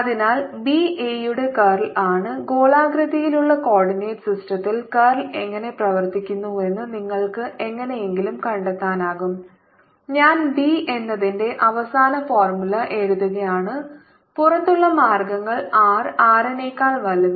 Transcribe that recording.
അതിനാൽ B A യുടെ curl ആണ് ഗോളാകൃതിയിലുള്ള കോർഡിനേറ്റ് സിസ്റ്റത്തിൽ കർൾ എങ്ങനെ പ്രവർത്തിക്കുന്നുവെന്ന് നിങ്ങൾക്ക് എങ്ങനെയെങ്കിലും കണ്ടെത്താനാകും ഞാൻ ബി എന്നതിന്റെ അവസാന ഫോർമുല എഴുതുകയാണ് പുറത്തുള്ള മാർഗ്ഗങ്ങൾr R നെക്കാൾ വലുത്